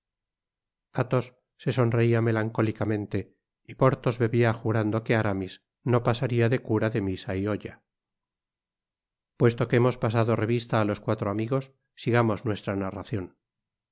se sonreia melancólicamente y porthos bebia jurando que aramis no pasaria de cura de misa y olla puesto que hemos pasado revista á los cuatro amigos sigamos nuestra narracion